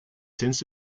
since